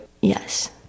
Yes